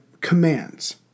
commands